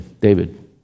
David